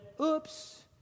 Oops